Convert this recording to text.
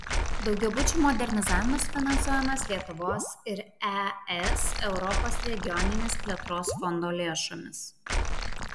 daugiabučių modernizavimas finansuojamas lietuvos ir es europos regioninės plėtros fondo lėšomis